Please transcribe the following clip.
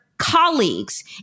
colleagues